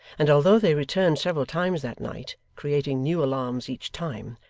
and although they returned several times that night, creating new alarms each time,